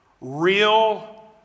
Real